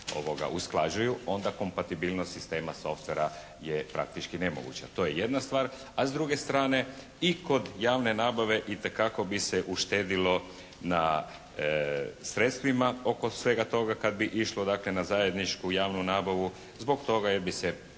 usklađuju, onda kompatibilnost sistema softvera je praktički nemoguća. To je jedna stvar. A s druge strane i kod javne nabave itekako bi se uštedilo na sredstvima oko svega toga kad bi išlo dakle, na zajedničku javnu nabavu zbog toga jer bi se